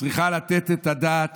צריכה לתת את הדעת